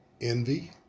envy